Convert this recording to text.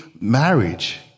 marriage